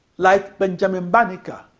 like benjamin banneker,